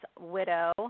widow